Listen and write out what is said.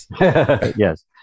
Yes